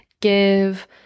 give